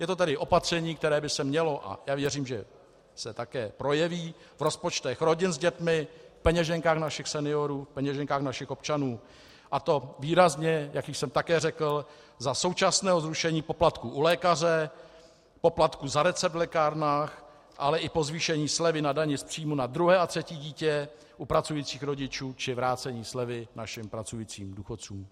Je to tedy opatření, které by se mělo a já věřím, že se také projeví v rozpočtech rodin s dětmi, v peněženkách našich seniorů, v peněženkách našich občanů, a to výrazně, jak již jsem také řekl, za současného zrušení poplatku u lékaře, poplatků za recept v lékárnách, ale i po zvýšení slevy na dani z příjmu na druhé a třetí dítě u pracujících rodičů, či vrácení slevy našim pracujícím důchodcům.